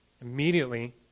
Immediately